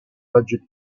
budget